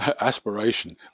aspiration